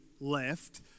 left